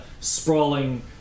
sprawling